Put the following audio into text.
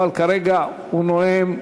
אבל כרגע הוא נואם,